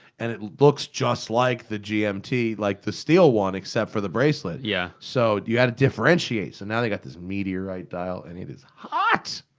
and it looks just like the gmt. like the steel one, except for the bracelet. yeah so, you gotta differentiate! so, and now they got this meteorite dial and it is hot!